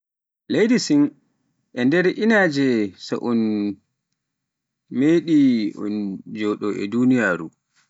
Leydi Sin e nder inaaje so un nemi un joɗo e duniyaaru.